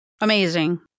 Amazing